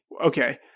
Okay